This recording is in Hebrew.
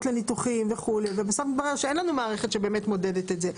לניתוחים וכו' ובסוף מתברר שאין לנו מערכת שבאמת מודדת את זה,